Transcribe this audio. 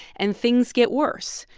and things get worse.